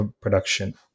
production